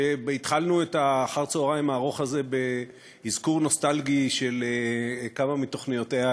שהתחלנו את אחר הצהריים הארוך הזה באזכור נוסטלגי של כמה מתוכניותיה,